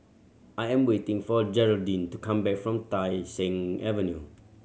I am waiting for Gearldine to come back from Tai Seng Avenue